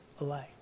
alike